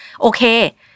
okay